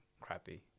crappy